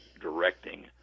directing